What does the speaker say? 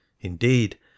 indeed